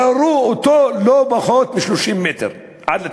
גררו אותו לא פחות מ-30 מטר עד לתחנה.